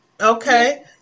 Okay